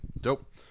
Dope